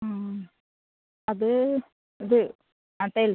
ആ അത് ഇത് ആ ടൈൽസ്